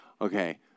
Okay